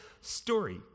story